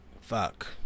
Fuck